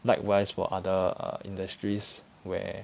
likewise for other err industries where